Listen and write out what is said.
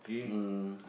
um